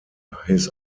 his